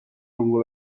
lungo